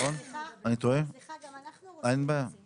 טוב, האמת, אני לא חשבתי שאני אציג פה.